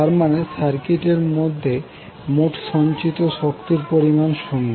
তার মানে সার্কিট এর মধ্যে মোট সঞ্চিত শক্তির পরিমাণ 0